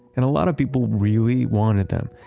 and a lot of people really wanted them.